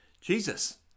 Jesus